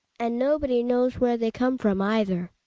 and nobody knows where they come from either.